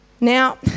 Now